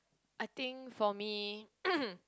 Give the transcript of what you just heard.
I think for me